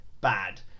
bad